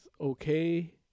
okay